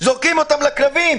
זורקים אותם לכלבים.